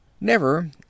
Never